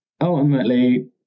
ultimately